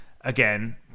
again